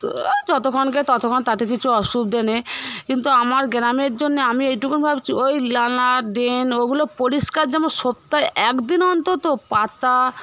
এ যতক্ষনকে ততক্ষন তাতে কিছু অসুবিধা নেই কিন্তু আমার গ্রামের জন্যে আমি এইটুকু ভাবছি ওই নালা ড্রেন ওগুলো পরিষ্কার যেন সপ্তাহে একদিন অন্তত পাতা